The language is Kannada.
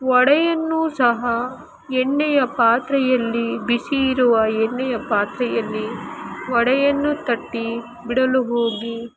ವಡೆಯನ್ನು ಸಹ ಎಣ್ಣೆಯ ಪಾತ್ರೆಯಲ್ಲಿ ಬಿಸಿ ಇರುವ ಎಣ್ಣೆಯ ಪಾತ್ರೆಯಲ್ಲಿ ವಡೆಯನ್ನು ತಟ್ಟಿ ಬಿಡಲು ಹೋಗಿ